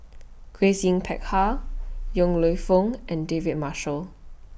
Grace Yin Peck Ha Yong Lew Foong and David Marshall